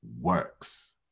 works